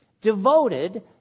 devoted